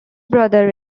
brother